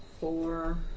four